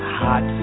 hot